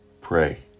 pray